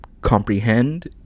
comprehend